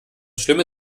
schlimme